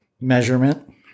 measurement